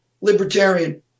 Libertarian